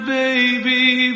baby